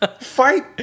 Fight